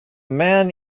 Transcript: man